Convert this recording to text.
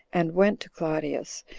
and went to claudius,